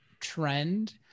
trend